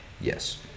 Yes